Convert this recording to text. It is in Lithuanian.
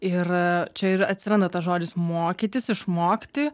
ir čia ir atsiranda tas žodis mokytis išmokti